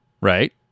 right